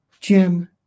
Jim